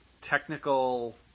technical